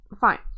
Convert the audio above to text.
Fine